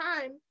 time